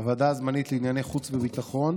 בוועדה הזמנית לענייני חוץ וביטחון